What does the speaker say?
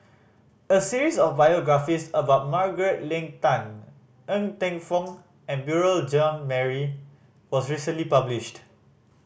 a series of biographies about Margaret Leng Tan Ng Teng Fong and Beurel Jean Marie was recently published